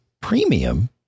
Premium